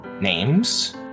names